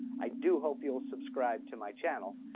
i do hope you'll subscribe to my channel.